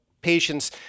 patients